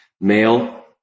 male